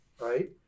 right